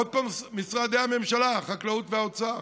עוד פעם, משרדי הממשלה, החקלאות והאוצר.